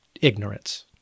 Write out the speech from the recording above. ignorance